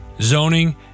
zoning